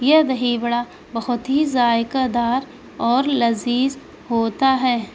یہ دہی بڑا بہت ہی ذائقہ دار اور لذیذ ہوتا ہے